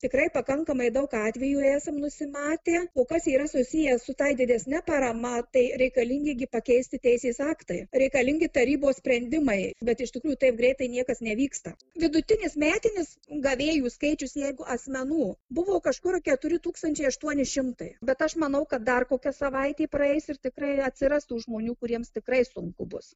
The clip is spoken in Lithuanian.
tikrai pakankamai daug atvejų esam nusimatę o kas yra susiję su ta didesne parama tai reikalingi gi pakeisti teisės aktai reikalingi tarybos sprendimai bet iš tikrųjų taip greitai niekas nevyksta vidutinis metinis gavėjų skaičius jeigu asmenų buvo kažkur keturi tūkstančiai aštuoni šimtai bet aš manau kad dar kokia savaitė praeis ir tikrai atsiras tų žmonių kuriems tikrai sunku bus